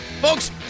Folks